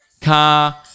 car